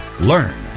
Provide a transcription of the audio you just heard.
learn